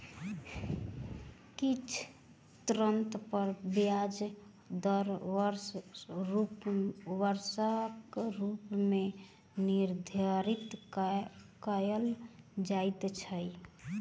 किछ ऋण पर ब्याज दर वार्षिक रूप मे निर्धारित कयल जाइत अछि